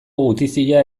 gutizia